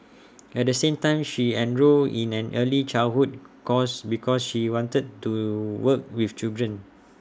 at the same time she enrolled in an early childhood course because she wanted to work with children